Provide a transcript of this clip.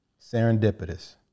Serendipitous